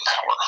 power